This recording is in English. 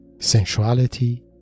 sensuality